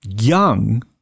young